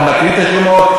אנחנו נקריא את השמות.